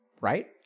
right